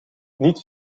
niet